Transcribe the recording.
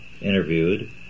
interviewed